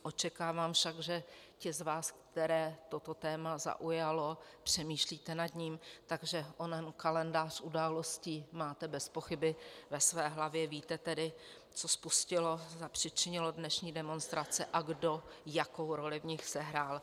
Očekávám však, že ti z vás, které toto téma zaujalo, přemýšlíte nad ním, tak že onen kalendář událostí máte bezpochyby ve své hlavě, víte tedy, co spustilo a zapřičinilo dnešní demonstrace a kdo jakou roli v nich sehrál.